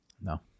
No